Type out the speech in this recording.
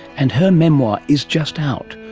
and her memoir is just out,